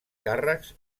càrrecs